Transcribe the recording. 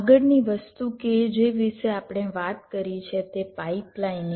આગળની વસ્તુ કે જે વિશે આપણે વાત કરી તે છે પાઇપલાઇનિંગ